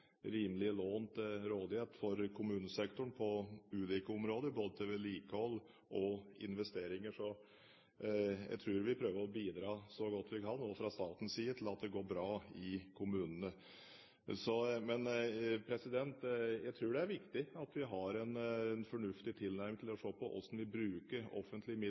rimelige lån til rådighet for kommunesektoren på ulike områder, både til vedlikehold og investeringer. Så jeg tror vi prøver å bidra så godt vi kan, også fra statens side, til at det går bra i kommunene. Men jeg tror det er viktig at vi har en fornuftig tilnærming til å se på hvordan vi bruker offentlige midler